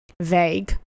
vague